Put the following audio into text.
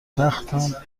تختم